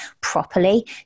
properly